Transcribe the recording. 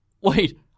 wait